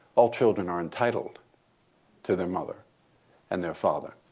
all children are entitled to their mother and their father.